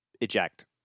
eject